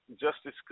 Justice